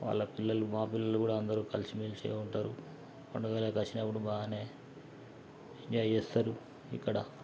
వాళ్ళ పిల్లలు మా పిల్లలు కూడా అందరూ కలిసిమెలిసి ఉంటారు పండుగలకు వచ్చినప్పుడు బాగానే ఎంజాయ్ చేస్తారు ఇక్కడ